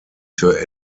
für